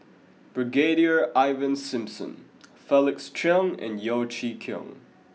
Brigadier Ivan Simson Felix Cheong and Yeo Chee Kiong